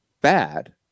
bad